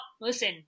listen